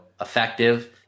effective